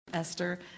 Esther